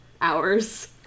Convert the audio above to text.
hours